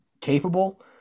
capable